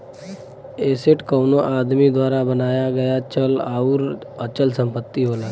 asset कउनो आदमी द्वारा बनाया गया चल आउर अचल संपत्ति होला